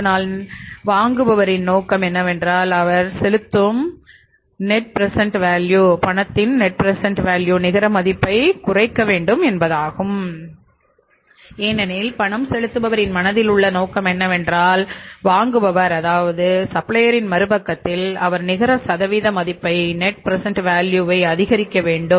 அதனால் வாங்குபவரின் நோக்கம் என்னவென்றால் அவர் செலுத்தும் கொடுப்பவர் நெட் ப்ரசென்ட வேல்யூ பணத்தின் நிகர மதிப்பைக் குறைக்க வேண்டும் என்பதாகும் ஏனெனில் பணம் செலுத்துபவரின் மனதில் உள்ள நோக்கம் என்னவென்றால் வாங்குபவர் சப்ளையரின் மறுபக்கத்தில் அவர் நிகர சதவீத மதிப்புத்தைநெட் ப்ரசென்ட வேல்யூ அதிகரிக்க வேண்டும்